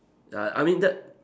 ya I mean that